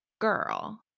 girl